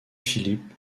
philippe